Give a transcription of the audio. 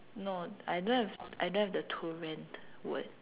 no I don't have I don't have the to rent word